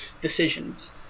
decisions